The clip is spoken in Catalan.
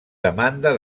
demanda